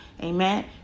Amen